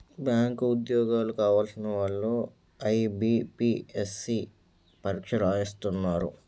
bank ఉద్యోగాలు కావలసిన వాళ్లు ఐబీపీఎస్సీ పరీక్ష రాస్తున్నారు